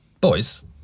Boys